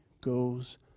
goes